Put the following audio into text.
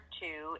two